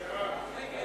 ההצעה